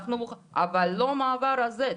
אבל לא למעבר הזה.